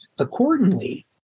Accordingly